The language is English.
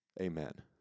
Amen